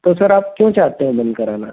तो सर आप क्यूँ चाहते हैं बंद कराना